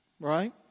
right